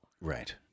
Right